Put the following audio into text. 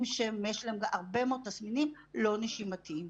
שיש להם הרבה מאוד תסמינים לא נשימתיים.